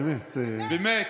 באמת.